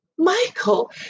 Michael